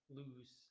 lose